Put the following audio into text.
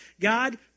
God